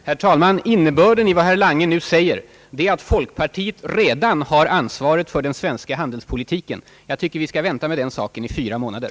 Herr talman! Innebörden i vad herr Lange nu säger är att folkpartiet redan har ansvaret för den svenska handelspolitiken. Jag tycker att vi skall vänta med det ansvaret i ytterligare fyra månader.